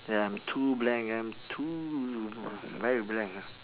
ya I'm too blank I'm too very blank ah